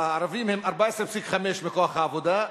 הערבים הם 14.5% בכוח העבודה,